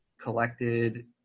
collected